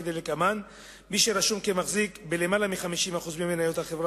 כדלקמן: מי שרשום כמחזיק בלמעלה מ-50% ממניות החברה